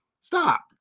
Stop